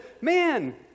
Man